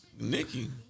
Nikki